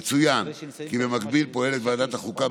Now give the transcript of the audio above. יצוין כי במקביל פועלת ועדת החוקה,